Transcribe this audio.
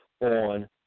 on